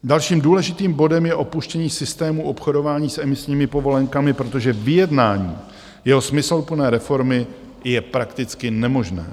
Dalším důležitým bodem je opuštění systému obchodování s emisními povolenkami, protože vyjednání jeho smysluplné reformy je prakticky nemožné.